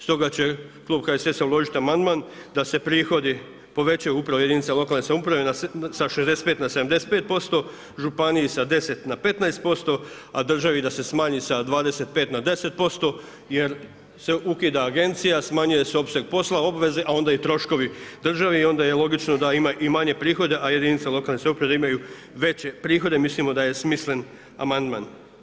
Stoga će klub HSS-a uložiti amandman da se prihodi povećaju upravo jedinicama lokalne samouprave sa 65 na 75%, županiji sa 10 na 15%, a državi da se smanji sa 25 na 10% jer se ukida agencija, smanjuje se opseg posla, obveze, a onda i troškovi države i onda je logično da ima i manje prihode, a jedinice lokalne samouprave da imaju veće prihode, mislimo da je smislen amandman.